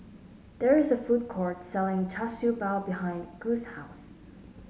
there is a food court selling Char Siew Bao behind Gus' house